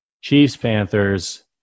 Chiefs-Panthers